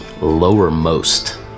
lowermost